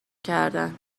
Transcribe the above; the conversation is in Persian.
کردن